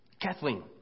Kathleen